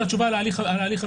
תיכף אתן תשובה על ההליך המדורג,